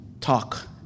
talk